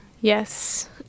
Yes